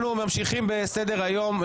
ממשיכים בסדר היום.